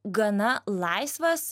gana laisvas